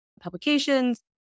publications